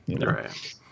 Right